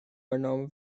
arnom